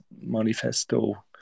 manifesto